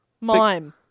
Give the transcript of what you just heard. Mime